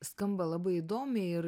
skamba labai įdomiai ir